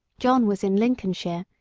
john was in lincolnshire,